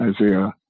Isaiah